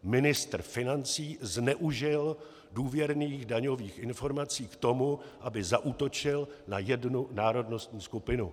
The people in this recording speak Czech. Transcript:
Ministr financí zneužil důvěrných daňových informací k tomu, aby zaútočil na jednu národnostní skupinu.